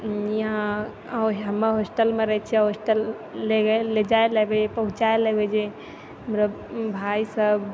यहाँ हमे होस्टलमे रहै छिए आओर होस्टल ले जाए लगैए पहुँचाए लगैए जे हमरो भाइ सब